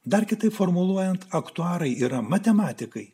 dar kitaip formuluojant aktuarai yra matematikai